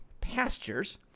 pastures